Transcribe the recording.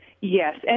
Yes